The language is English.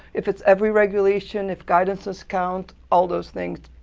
if it's every regulation, if guidances count, all those things.